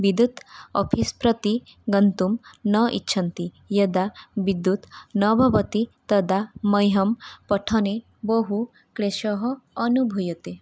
विद्युत् अफ़िस् प्रति गन्तुं न इच्छन्ति यदा विद्युत् न भवति तदा मह्यं पठने बहुक्लेशः अनुभूयते